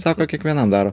sako kiekvienam daro